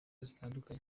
zitandukanye